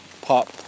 pop